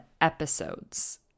episodes